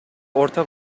orta